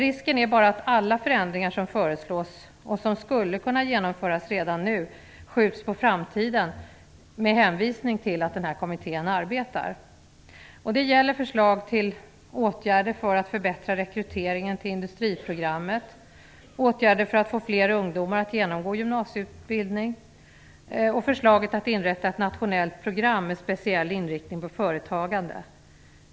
Risken är bara att alla förändringar som föreslås, och som skulle kunna genomföras redan nu, skjuts på framtiden med hänvisning till att den här kommittén arbetar. Det gäller förslag till åtgärder för att förbättra rekryteringen till industriprogrammet, åtgärder för att få fler ungdomar att genomgå gymnasieutbildning och förslaget att inrätta ett nationellt program med speciell inriktning på företagande.